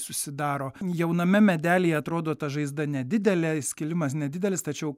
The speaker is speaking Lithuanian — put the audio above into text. susidaro jauname medelyje atrodo ta žaizda nedidelė skilimas nedidelis tačiau